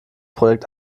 projekt